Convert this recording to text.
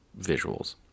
visuals